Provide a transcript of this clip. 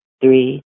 three